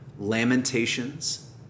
Lamentations